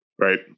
right